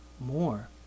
more